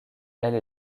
elle